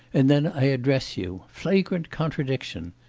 and then i address you flagrant contradiction.